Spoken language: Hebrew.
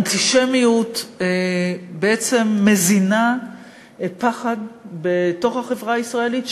אנטישמיות בעצם מזינה פחד בתוך החברה הישראלית,